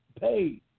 paid